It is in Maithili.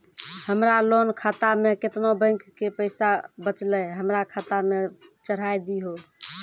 हमरा लोन खाता मे केतना बैंक के पैसा बचलै हमरा खाता मे चढ़ाय दिहो?